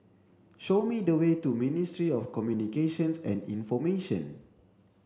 show me the way to Ministry of Communications and Information